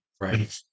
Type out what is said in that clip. Right